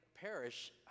parish